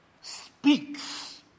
speaks